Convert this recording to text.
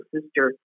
sister